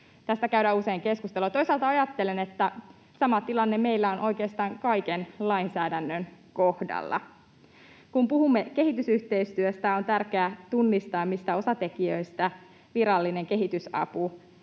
Tästä käydään usein keskustelua. Toisaalta ajattelen, että sama tilanne meillä on oikeastaan kaiken lainsäädännön kohdalla. Kun puhumme kehitysyhteistyöstä, on tärkeää tunnistaa, mistä osatekijöistä virallinen kehitysapurahoitus